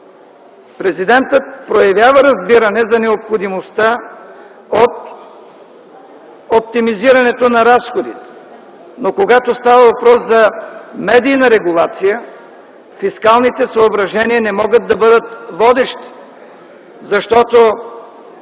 Президентът проявява разбиране за необходимостта от оптимизирането на разходи. Но, когато става въпрос за медийна регулация, фискалните съображения не могат да бъдат водещи, защото